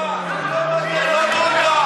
הוא מפנה את תושבי עמונה,